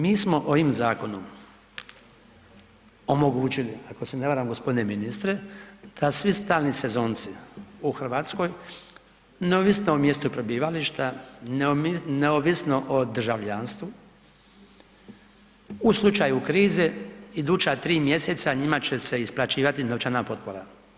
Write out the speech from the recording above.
Mi smo ovim zakonom omogućili ako se ne varam g. ministre, kad svi stalni sezonci u Hrvatskoj, neovisno o mjestu prebivališta, neovisno o državljanstvu u slučaju krize, iduća 3 mj. njima će se isplaćivati novčana potpora.